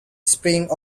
springs